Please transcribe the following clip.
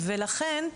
ולכן,